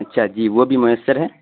اچھا جی وہ بھی میسر ہے